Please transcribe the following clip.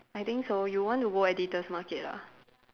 I think so you want to go Editor's Market ah